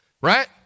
Right